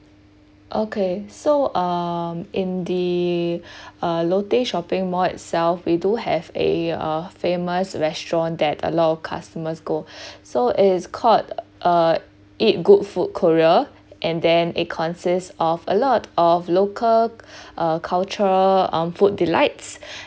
okay so um in the uh lotte shopping mall itself we do have a uh famous restaurant that allow customers go so it is called uh eat good food korea and then it consists of a lot of local uh cultural um food delights